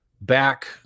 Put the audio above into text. back